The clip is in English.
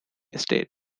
estate